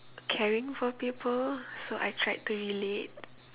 caring for people so I tried to relate